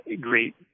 great